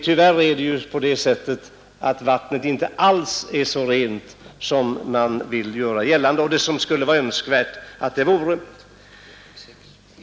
Tyvärr är det på det sättet att vattnet inte alls är så rent som man vill göra gällande och som skulle vara önskvärt.